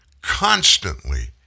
constantly